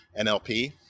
NLP